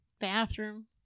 bathroom